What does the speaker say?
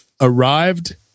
arrived